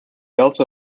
also